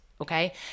okay